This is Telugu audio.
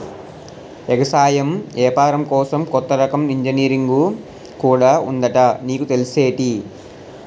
ఎగసాయం ఏపారం కోసం కొత్త రకం ఇంజనీరుంగు కూడా ఉందట నీకు తెల్సేటి?